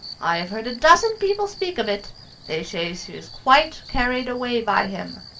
i have heard a dozen people speak of it they say she is quite carried away by him.